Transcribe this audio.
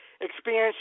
expansion